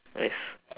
vest